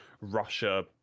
russia